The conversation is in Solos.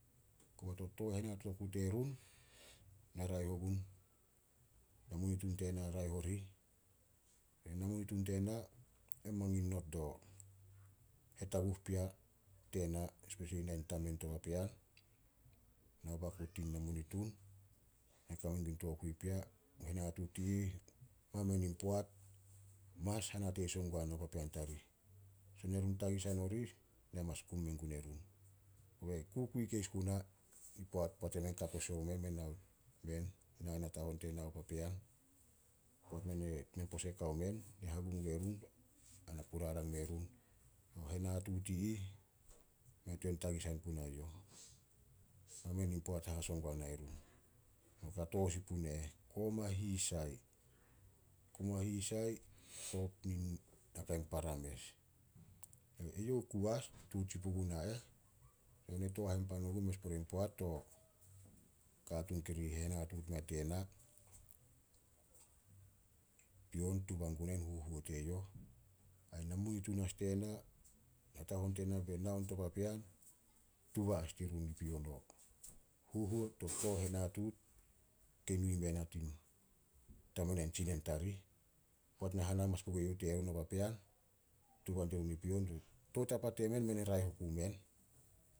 To tooh henatuut oku terun, na raeh ogun, namunitun tena raeh orih. Namunitun tena mangin not dio hetaguh pea tena, nai tamen to papean, na o baku tin namunitun, na kame gun tokui pea. Henatuut i ih mamen in poat, mas hanate sioung guana papean tarih. Son erun tagisan orih, na mas gum mengue run. Kobe kukui keis guna poat emen ka posa omen, nai natahon tena ao papean. Poat men pose kao men, men hangum mene run ai na ku rarang merun o henatuut i ih, mei tuan tagisan punai youh. Mamen in poat haso guanai run. E kato sin pune eh, "Koma hisai. Koma hisai kop nakai para mes." Eyouh oku as tutuut sin puguna eh. Na tooh hainpan ogun mes pore in poat to katuun kiri henatuut mea tena. Pion tuba guna huhuo teyouh, ai namunitun as tena, natahon tena be na on to papean, tuba as dirun i pion huhuo to tooh henatuut kei nu i mea na tin tamen ain tsinen tarih. Poat na hana amanas pugue youh terun o papean, tuba dirun i pion. Tou tapa temen, men raeh oku men.